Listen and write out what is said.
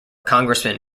congressman